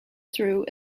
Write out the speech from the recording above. through